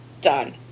done